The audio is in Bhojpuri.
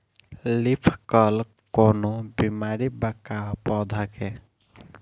लीफ कल कौनो बीमारी बा का पौधा के?